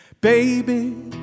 Baby